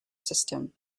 system